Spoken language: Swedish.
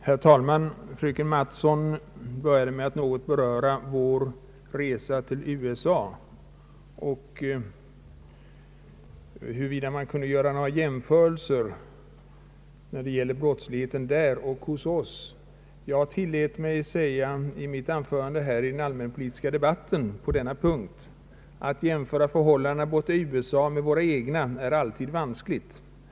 Herr talman! Fröken Mattson började med att något beröra vår resa till USA och tog upp frågan huruvida några jämförelser kunde göras mellan brottsligheten där och i vårt land. Jag tillät mig i mitt anförande i den allmänpolitiska debatten på denna punkt att framhålla följande: >Att jämföra förhållandena borta i USA med våra egna, är alltid vanskligt.